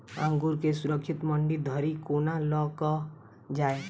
अंगूर केँ सुरक्षित मंडी धरि कोना लकऽ जाय?